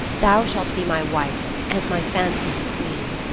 thou shalt be my wife, and my fancy's queen.